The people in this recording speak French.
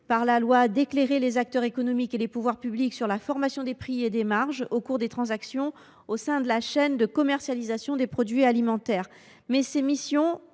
par la loi d’éclairer les acteurs économiques et les pouvoirs publics sur la formation des prix et des marges dans les transactions au sein de la chaîne de commercialisation des produits alimentaires. Ses missions